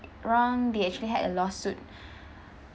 wrong they actually had a lawsuit